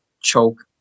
choke